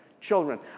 Children